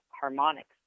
harmonics